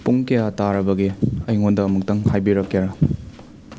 ꯄꯨꯡ ꯀꯌꯥ ꯇꯥꯔꯕꯒꯦ ꯑꯩꯉꯣꯟꯗ ꯑꯃꯨꯛꯇꯪ ꯍꯥꯏꯕꯤꯔꯛꯀꯦꯔꯥ